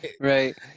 Right